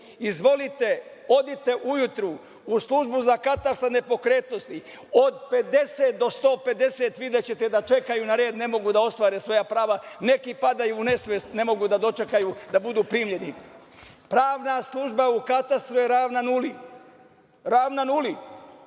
Izvolite, odite ujutru u Službu za katastar nepokretnosti, od 50 do 150 videćete da čekaju na red, ne mogu da ostvare svoja prava, neki padaju u nesvest, ne mogu da dočekaju da budu primljeni. Pravna služba u katastru je ravna nuli, ravna nuli.